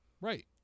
right